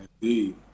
indeed